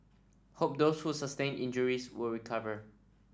hope those who sustained injuries will recover